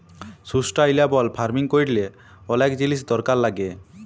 sustainable farming ক্যরলে অলেক জিলিস দরকার লাগ্যে